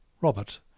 Robert